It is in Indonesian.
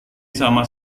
sama